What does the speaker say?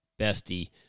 bestie